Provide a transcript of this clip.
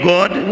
God